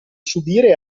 subire